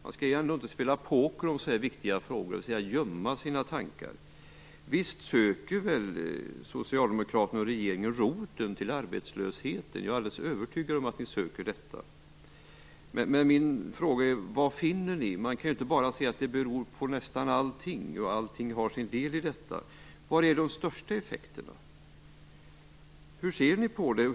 Man skall ju inte spela poker om så här viktiga frågor och gömma sina tankar. Visst söker väl socialdemokraterna och regeringen roten till arbetslösheten? Jag är alldeles övertygad om att de gör det. Min fråga är då: Vad finner ni? Man kan inte bara säga att det beror på nästan allting och att allt har sin del i detta. Var finns de största effekterna? Hur ser ni på det?